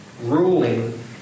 ruling